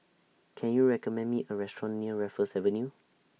Can YOU recommend Me A Restaurant near Raffles Avenue